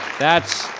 that's,